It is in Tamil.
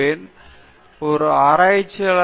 அவர்கள் என்ன சொல்கிறார்கள் என்பதை அவர்கள் கவனித்தேன்